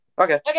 Okay